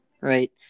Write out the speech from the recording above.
right